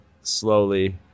slowly